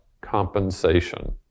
compensation